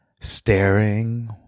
staring